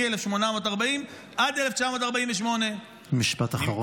מ-1840 עד 1948 -- משפט אחרון.